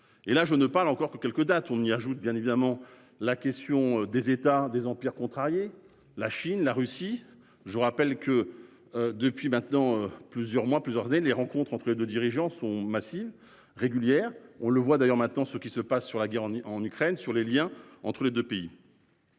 Et là je ne parle encore que quelques dates, on y ajoute bien évidemment la question des États désemplir contrarier la Chine, la Russie. Je vous rappelle que. Depuis maintenant plusieurs mois, plusieurs années, les rencontres entre les deux dirigeants sont massives régulière, on le voit d'ailleurs maintenant ce qui se passe sur la guerre en Ukraine sur les Liens entre les 2 pays.